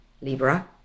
Libra